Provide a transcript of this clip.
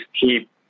keep